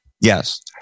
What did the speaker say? Yes